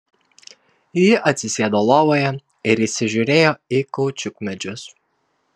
ji atsisėdo lovoje ir įsižiūrėjo į kaučiukmedžius